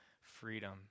freedom